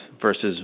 versus